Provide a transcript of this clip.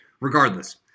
Regardless